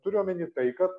turi omeny tai kad